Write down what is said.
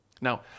Now